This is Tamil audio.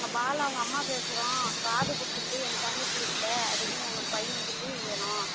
நான் பாலா அவங்க அம்மா பேசுகிறோம் காதுக்குத்து இருக்குது எங்கள் தங்கச்சி வீட்டில் அதுக்கு எங்கள் பையனுக்கு லீவு வேணும்